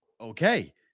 okay